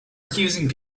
accusing